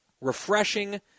Refreshing